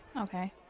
Okay